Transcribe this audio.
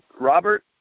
Robert